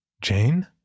Jane